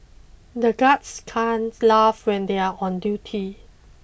the guards can't laugh when they are on duty